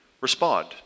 Respond